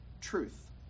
Truth